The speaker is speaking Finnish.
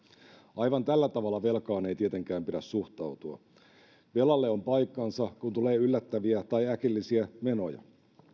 aivan tällä tavalla velkaan ei tietenkään pidä suhtautua velalle on paikkansa kun tulee yllättäviä tai äkillisiä menoja